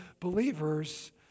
believers